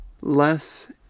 less